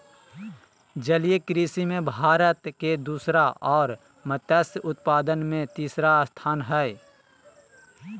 जलीय कृषि में भारत के दूसरा और मत्स्य उत्पादन में तीसरा स्थान हइ